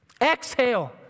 Exhale